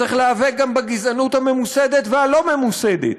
צריך להיאבק בגזענות הממוסדת והלא-ממוסדת.